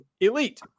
elite